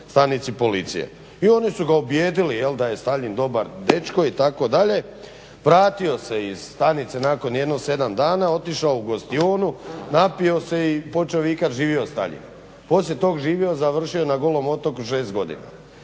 stanici policije. I oni su ga ubijedili da je Staljin dobar dečko itd. vratio se iz stanice nakon jedno 7 dana otišao u gostionu, napio se i počeo vikati živio Staljin, poslije toga živo završio je na Golom otoku 6 godina.